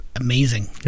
amazing